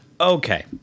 Okay